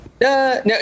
no